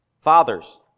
Fathers